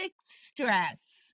stress